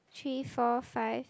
three four five